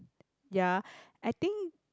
ya I think